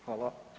Hvala.